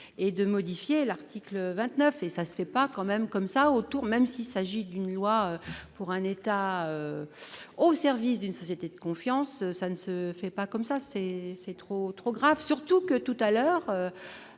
et de modifier l'article 29 et ça ce n'est pas quand même comme ça autour, même s'il s'agit d'une loi pour un État au service d'une société de confiance, ça ne se fait pas comme ça, c'est, c'est trop, trop grave surtout que tout à l'heure